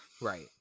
right